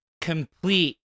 complete